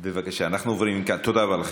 זו ועדה עמוסה.